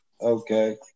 okay